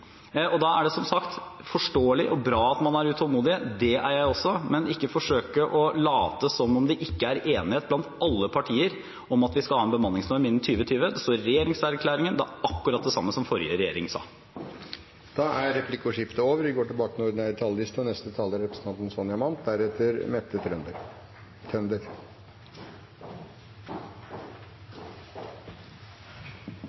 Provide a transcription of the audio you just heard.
om. Da er det som sagt forståelig og bra at man er utålmodig – det er jeg også – men ikke at man forsøker å late som om det ikke er enighet blant alle partier om at vi skal ha en bemanningsnorm innen 2020. Det står i regjeringserklæringen, og det er akkurat det samme som forrige regjering sa. Replikkordskiftet er omme. Jeg vil takke saksordføreren for jobben når det gjelder Prop. 103 L og